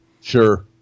sure